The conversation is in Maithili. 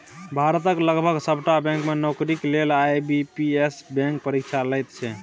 भारतक लगभग सभटा बैंक मे नौकरीक लेल आई.बी.पी.एस बैंक परीक्षा लैत छै